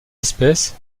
espèces